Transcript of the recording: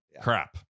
Crap